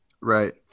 Right